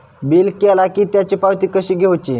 Bill केला की त्याची पावती कशी घेऊची?